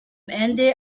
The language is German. ende